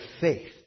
faith